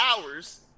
hours